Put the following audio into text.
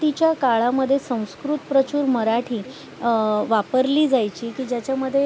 तीच्या काळामध्ये संस्कृतप्रचुर मराठी वापरली जायची की ज्याच्यामध्ये